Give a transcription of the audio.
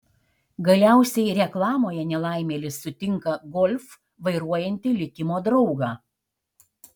galiausiai reklamoje nelaimėlis sutinka golf vairuojantį likimo draugą